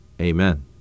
Amen